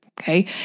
Okay